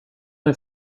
mig